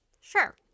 Sure